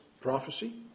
prophecy